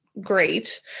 great